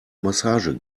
massage